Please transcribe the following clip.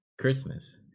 Christmas